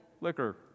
liquor